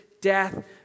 death